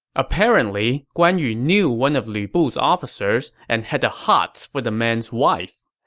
apparently guan yu knew one of lu bu's officers and had the hots for the man's wife.